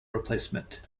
replacement